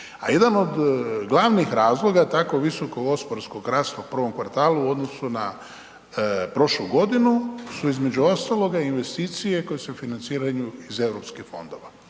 A jedan od glavnih razloga takvog visokog gospodarskih rasta u prvom kvartalu u odnosu na prošlu godinu su između ostaloga investicije koje se financiraju iz europskih fondova.